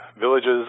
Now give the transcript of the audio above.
villages